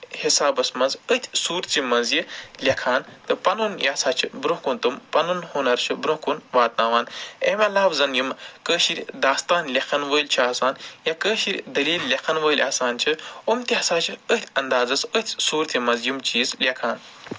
حِسابَس مںٛز أتھۍ صوٗرتہِ منٛز یہِ لٮ۪کھان تہٕ پَنُن یہِ ہسا چھِ برٛونٛہہ کُن تِم پَنُن ہُنر چھِ برٛونٛہہ کُن واتناوان اَمہِ علاوٕ زَن یِم کٲشِر داستان لٮ۪کھن وٲلۍ چھِ آسان یا کٲشِر دٔلیٖل لٮ۪کھن وٲلۍ چھِ یِم تہِ ہسا چھِ أتھۍ اَندازَس أتھۍ صوٗرتہِ منٛز یِم چیٖز لٮ۪کھان